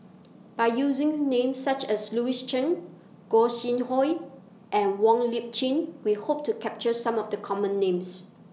By using Names such as Louis Chen Gog Sing Hooi and Wong Lip Chin We Hope to capture Some of The Common Names